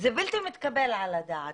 זה בלתי מתקבל על הדעת.